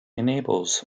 enables